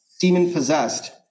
demon-possessed